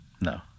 No